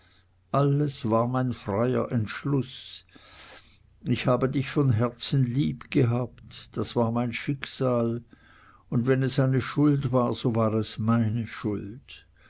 alles war mein freier entschluß ich habe dich von herzen liebgehabt das war mein schicksal und wenn es eine schuld war so war es meine schuld